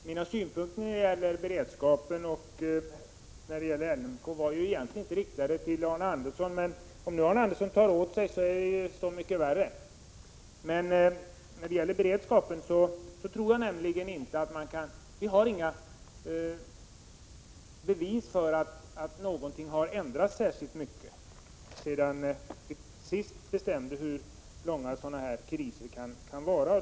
Herr talman! Mina synpunkter när det gäller beredskapen och LMK var egentligen inte riktade till Arne Andersson i Ljung. Om han tar åt sig — så mycket värre! När det gäller beredskapen har vi inga bevis för att någonting har ändrats särskilt mycket sedan vi senast bestämde hur långa man skall utgå från att kriser kan vara.